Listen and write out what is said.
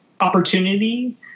Opportunity